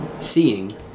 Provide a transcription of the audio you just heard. seeing